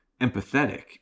empathetic